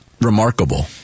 remarkable